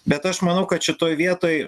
bet aš manau kad šitoj vietoj